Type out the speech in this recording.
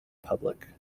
public